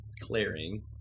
clearing